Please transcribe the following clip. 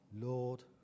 Lord